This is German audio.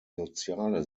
soziale